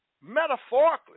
metaphorically